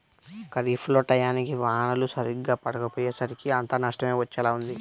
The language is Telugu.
ఖరీఫ్ లో టైయ్యానికి వానలు సరిగ్గా పడకపొయ్యేసరికి అంతా నష్టమే వచ్చేలా ఉంది